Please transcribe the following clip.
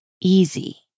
easy